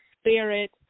spirit